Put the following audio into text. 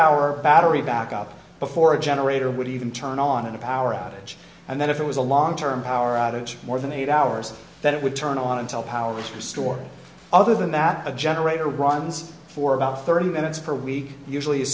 hour battery backup before a generator would even turn on a power outage and then if it was a long term power outage more than eight hours that it would turn on until power is restored other than that a generator runs for about thirty minutes per week usually